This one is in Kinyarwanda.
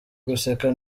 guseka